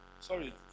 Sorry